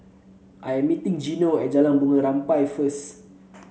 I am meeting Gino at Jalan Bunga Rampai first